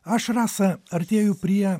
aš rasa artėju prie